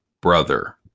brother